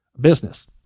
business